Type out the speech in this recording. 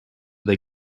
they